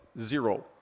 Zero